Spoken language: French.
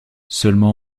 seulement